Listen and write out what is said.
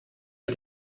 wir